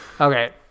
Okay